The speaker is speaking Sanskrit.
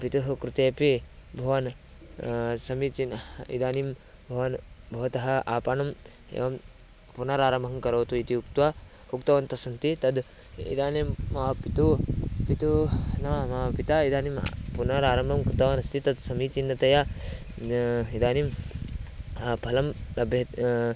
पितुः कृते अपि भवान् समीचीनः इदानीं भवान् भवतः आपणम् एवं पुनरारम्भं करोतु इति उक्त्वा उक्तवन्तः सन्ति तत् इदानीं मम पितुः पितुः नाम मम पिता इदानीं पुनरराम्भं कृतवानस्ति तत् समीचीनतया इदानीं फलं लभ्यत्